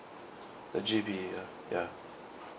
the G_E_P ya ya